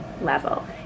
level